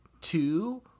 two